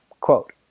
quote